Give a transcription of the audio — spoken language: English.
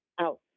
out